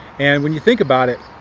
and when you think about it,